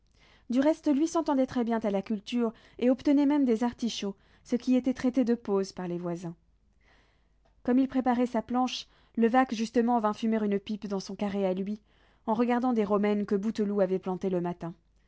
du reste lui s'entendait très bien à la culture et obtenait même des artichauts ce qui était traité de pose par les voisins comme il préparait sa planche levaque justement vint fumer une pipe dans son carré à lui en regardant des romaines que bouteloup avait plantées le matin